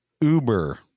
Uber